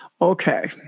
okay